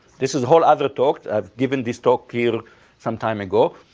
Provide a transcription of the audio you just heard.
this is whole other talk. i've given this talk here some time ago.